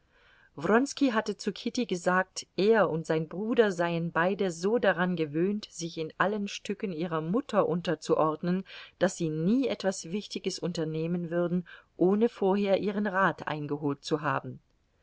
hatte zu kitty gesagt er und sein bruder seien beide so daran gewöhnt sich in allen stücken ihrer mutter unterzuordnen daß sie nie etwas wichtiges unternehmen würden ohne vorher ihren rat eingeholt zu haben